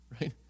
right